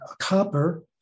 copper